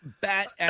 bat